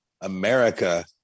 America